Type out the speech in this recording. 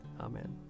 Amen